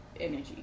energy